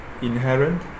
inherent